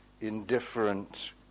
indifferent